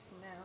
now